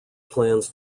plans